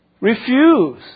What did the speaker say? Refuse